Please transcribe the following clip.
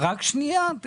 רק שנייה.